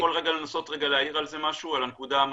יכול לנסות להעיר משהו על הנקודה המתמטית?